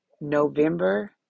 November